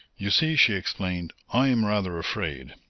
you see, she explained, i am rather afraid.